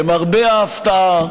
למרבה ההפתעה,